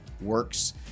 works